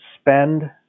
spend